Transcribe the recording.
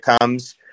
comes